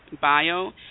bio